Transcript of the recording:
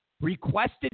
requested